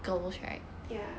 ya